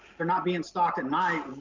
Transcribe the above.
they're not being stocked at night,